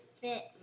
fit